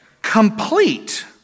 Complete